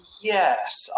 Yes